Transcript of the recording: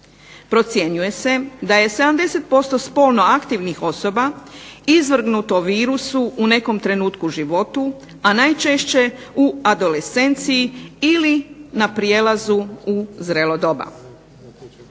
Procjenjuje se da je 70% spolno aktivnih osoba izvrgnuto virusu u nekom trenutku životu, a najčešće u adolescenciji ili na prijelazu u zrelo doba.